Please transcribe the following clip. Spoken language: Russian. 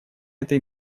этой